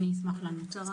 אני אשמח לענות.